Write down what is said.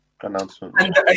Announcement